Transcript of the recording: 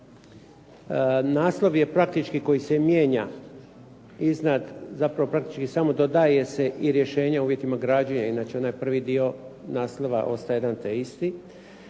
Naslov je praktički koji se mijenja, zapravo praktički samo dodaje se i rješenje o uvjetima gradnje, inače onaj prvi dio naslova ostaje jedan te isti.